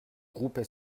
groupe